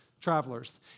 Travelers